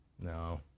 No